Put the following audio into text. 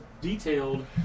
detailed